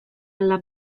alla